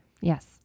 yes